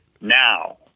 Now